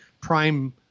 prime